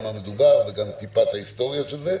על מה מדובר וגם את ההיסטוריה של זה,